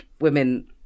women